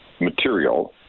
material